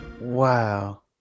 Wow